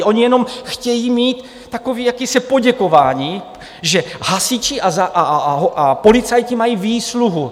Oni jenom chtějí mít takové jakési poděkování, že hasiči a policajti mají výsluhu.